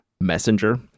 Messenger